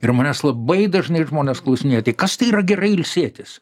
ir manęs labai dažnai žmonės klausinėja tai kas tai yra gerai ilsėtis